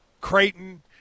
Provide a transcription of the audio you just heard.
Creighton